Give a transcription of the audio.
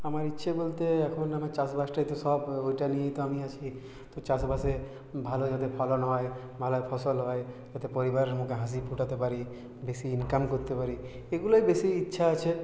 আমার ইচ্ছে বলতে এখন আমার চাষ বাসটাই তো সব ওইটা নিয়েই তো আমি আছি তো চাষ বাসে ভালো যাতে ফলন হয় ভালো ফসল হয় যাতে পরিবারের মুখে হাসি ফোটাতে পারি বেশি ইনকাম করতে পারি এগুলোই বেশি ইচ্ছা আছে